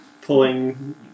pulling